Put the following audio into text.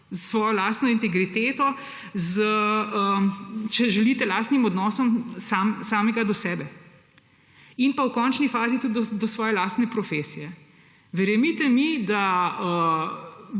svojo lastno integriteto, če želite, z lastnim odnosom samega do sebe in v končni fazi tudi do svoje lastne profesije. Verjemite mi, da